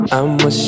I'ma